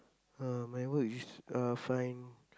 uh my work is uh fine